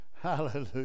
hallelujah